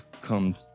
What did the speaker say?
come